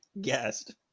guest